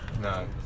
no